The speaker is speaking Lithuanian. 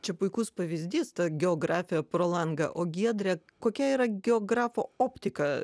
čia puikus pavyzdys ta geografija pro langą o giedre kokia yra geografo optika